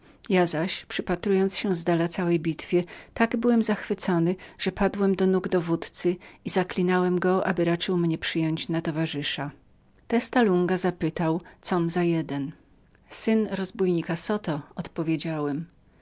ja zaś zapatrując się z dala na całą bitwę tak byłem zachwycony że padłem do nóg dowódzcy i zaklinałem go aby raczył mnie przyjąć na towarzysza testa lunga zapytał co byłem za jeden syn rozbójnika zoto odpowiedziałem